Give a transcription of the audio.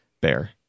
bear